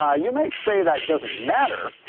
ah you might say that doesn't matter,